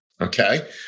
Okay